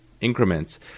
increments